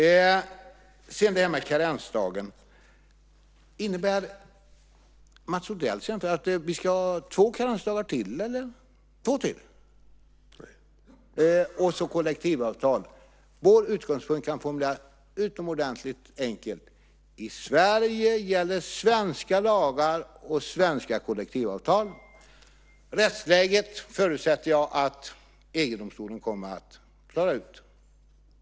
Jag har en fråga när det gäller karensdagar. Menar Mats Odell att vi ska ha två karensdagar till? När det gäller kollektivavtal kan vår utgångspunkt formuleras utomordentligt enkelt: I Sverige gäller svenska lagar och svenska kollektivavtal. Jag förutsätter att EG-domstolen kommer att klara ut rättsläget.